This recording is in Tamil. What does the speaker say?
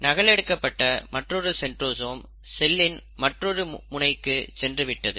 நகல் எடுக்கப்பட்ட மற்றொரு சென்ட்ரோசோம் செல்லின் மற்றொரு முனைக்குச் சென்று விட்டது